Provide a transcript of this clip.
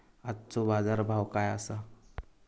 आजचो बाजार भाव काय आसा?